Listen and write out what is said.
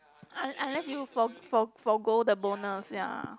un~ unless you for for forgo the bonus ya